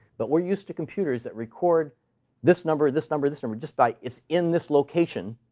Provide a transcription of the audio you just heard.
but we're used to computers that record this number, this number, this number just by it's in this location,